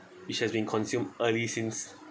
which has been consumed early since